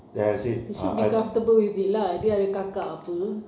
he should be comfortable with it lah dia ada kakak apa